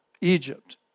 Egypt